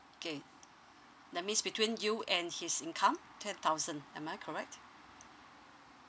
K that means between you and his income ten thousand am I correct